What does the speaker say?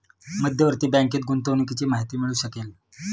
मध्यवर्ती बँकेत गुंतवणुकीची माहिती मिळू शकेल